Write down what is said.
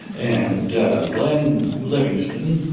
and glenn livingston